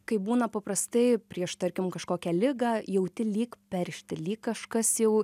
kai būna paprastai prieš tarkim kažkokią ligą jauti lyg peršti lyg kažkas jau